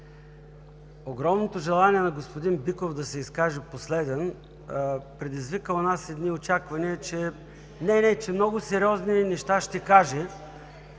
огромното желание на господин Биков да се изкаже последен предизвика у нас едни очаквания, че много сериозни неща ще каже.